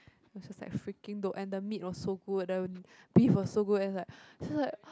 was just like freaking dope and the meat was so good the beef was so good and like just like